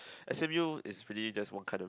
s_m_u is pretty just one kind of